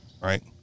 right